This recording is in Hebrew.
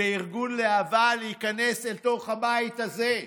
בארגון להב"ה להיכנס אל תוך הבית הזה.